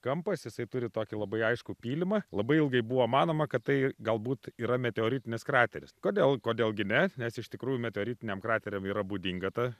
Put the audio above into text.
kampas jisai turi tokį labai aiškų pylimą labai ilgai buvo manoma kad tai galbūt yra meteoritinis krateris kodėl kodėl gi ne nes iš tikrųjų meteoritiniam krateriam yra būdinga ta